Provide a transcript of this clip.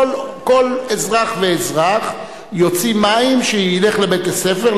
כל אזרח ואזרח יוציא מים כשילך לבית-הספר.